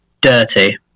Dirty